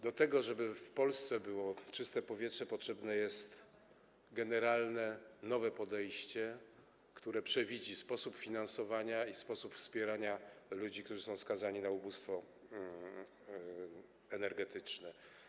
Do tego, żeby w Polsce było czyste powietrze, potrzebne jest generalne, nowe podejście, które przewidzi sposób finansowania i sposób wspierania ludzi, którzy są skazani na ubóstwo energetyczne.